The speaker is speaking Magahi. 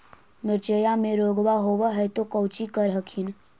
मिर्चया मे रोग्बा होब है तो कौची कर हखिन?